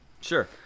Sure